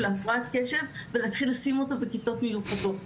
להפרעת קשב ולהתחיל לשים אותו בכיתות מיוחדות,